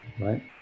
right